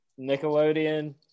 Nickelodeon